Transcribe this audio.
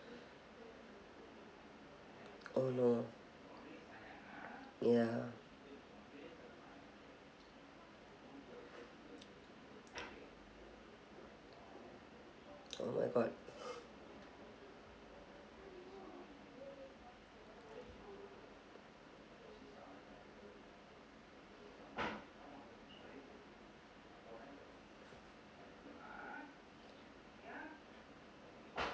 oh no ya oh my god